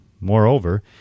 Moreover